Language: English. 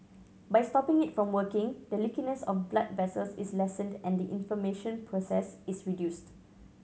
by stopping it from working the leakiness of blood vessels is lessened and the inflammation process is reduced